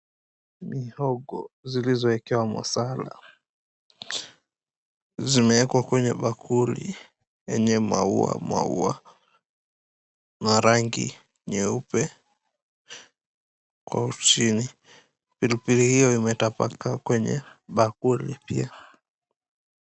Mihogo zilizoekewa masala zimeekwa kwenye bakuli yenye mauamaua na rangi nyeupe hapo chini. Pilipili hio imetapakaa kwenye bakuli pia.